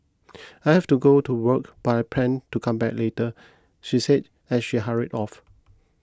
I have to go to work but I plan to come back later she said as she hurry off